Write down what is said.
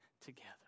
together